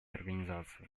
организации